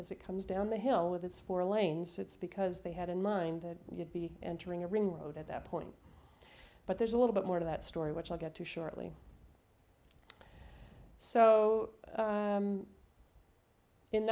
as it comes down the hill with its four lanes it's because they had in mind that you'd be entering a ring road at that point but there's a little bit more to that story which i'll get to shortly so